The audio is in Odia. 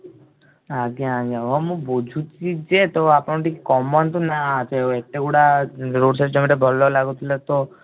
ଆଜ୍ଞା ଆଜ୍ଞା ହଁ ମୁଁ ବୁଝୁଛି ଯେ ତ ଆପଣ ଟିକେ କମାନ୍ତୁ ନା ସେ ଏତେ ଗୁଡ଼ା ରୋଡ୍ ସାଇଡ୍ ଜମିଟା ଭଲ ଲାଗୁଥିଲା ତ